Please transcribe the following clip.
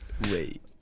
Wait